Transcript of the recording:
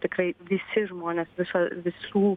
tikrai visi žmonės visa visų